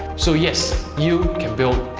so, yes you can build,